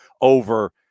over